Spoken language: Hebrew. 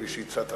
כפי שהצעת,